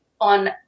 on